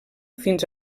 fins